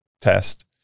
test